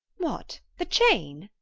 what, the chain?